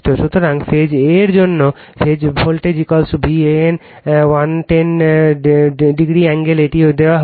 সুতরাং phase a এর জন্য ফেজ ভোল্টেজ VAN 110 কোণে এটি দেওয়া হয়েছে